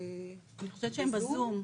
אני חושבת שהם בזום.